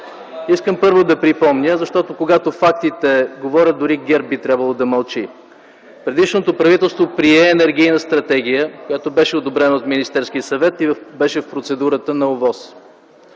Искам, първо, да припомня, защото когато фактите говорят, дори ГЕРБ би трябвало да мълчи. Предишното правителство прие енергийна стратегия, която беше одобрена от Министерския съвет и беше в процедурата на ОВОС.